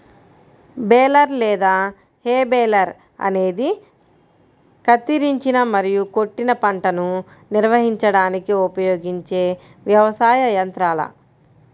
baler లేదా hay baler అనేది కత్తిరించిన మరియు కొట్టిన పంటను నిర్వహించడానికి ఉపయోగించే వ్యవసాయ యంత్రాల